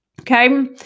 Okay